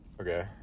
Okay